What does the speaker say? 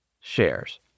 shares